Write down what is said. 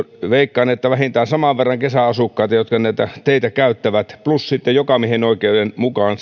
veikkaan vähintään saman verran kesäasukkaita jotka näitä teitä käyttävät plus sitten jokamiehenoikeuden mukaan